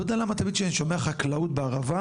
לא יודע למה תמיד כשאני שומע חקלאות בערבה,